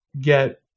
get